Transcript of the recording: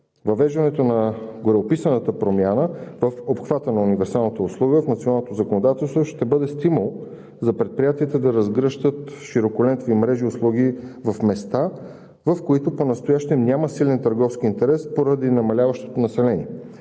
Въвеждането на гореописаната промяна в обхвата на универсалната услуга в националното законодателство ще бъде стимул за предприятията да разгръщат широколентови мрежи и услуги в места, в които понастоящем няма силен търговски интерес поради намаляващото население.